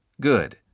Good